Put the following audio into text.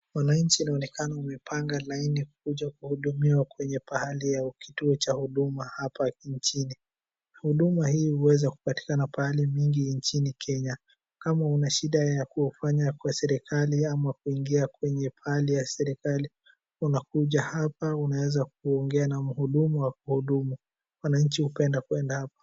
Wananchi inaonekana wamepanga laini kuja kuhudumiwa kwenye pahali ya kituo cha Huduma hapa nchini. Huduma hii huweza kupatikana pahali mingi nchini Kenya. Kama una shida ya kufanya kwa serikali ama kuingia kwenye pahali ya serikali unakuja hapa, unaeza kuongea na mhudumu akuhudumu. Wananchi hupenda kwenda hapa.